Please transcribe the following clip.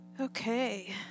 Okay